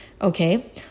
okay